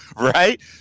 right